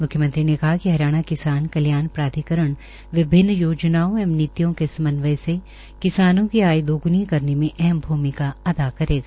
म्ख्यमंत्रीने कहा कि हरियाणा किसान कल्याण प्राधिकरण विभिन्न योजनाओं एवं नीतियों के समन्वय से किसानों की आय दोग्नी करने में अहम भूमिका अदा करेगा